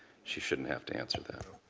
she shouldn't have to answer that.